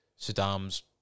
Saddam's